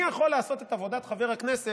מי יכול לעשות את עבודת חבר הכנסת